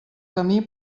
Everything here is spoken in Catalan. camí